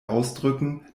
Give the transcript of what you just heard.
ausdrücken